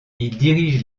dirige